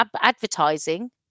advertising